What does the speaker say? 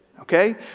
Okay